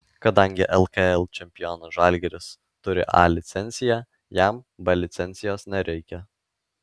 kadangi lkl čempionas žalgiris turi a licenciją jam b licencijos nereikia